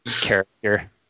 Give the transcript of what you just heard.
character